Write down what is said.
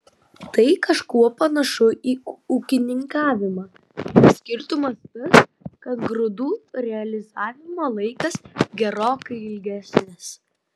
tai kažkuo panašu į ūkininkavimą tik skirtumas tas kad grūdų realizavimo laikas gerokai ilgesnis